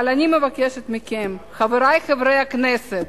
אבל אני מבקשת מכם, חברי חברי הכנסת,